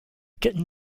kitten